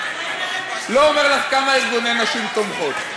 אני לא אומר לך כמה ארגוני נשים תומכים: